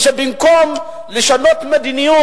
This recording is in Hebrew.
שבמקום לשנות מדיניות,